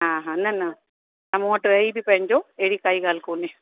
हा हा न न तव्हां मूं वटि रही बि पइजो अहिड़ी काई ॻाल्हि कोन्हे